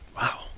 Wow